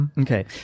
Okay